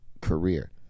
career